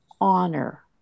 honor